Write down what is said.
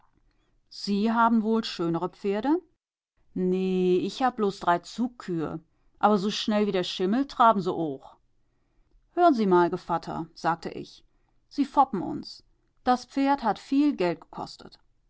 sie haben wohl schönere pferde nee ich hab bloß drei zugkühe aber su schnell wie der schimmel traben se ooch hören sie mal gevatter sagte ich sie foppen uns das pferd hat viel geld gekostet